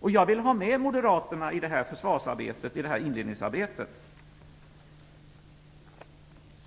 Jag vill ha med Moderaterna i det här försvarsarbetet, i inledningsarbetet.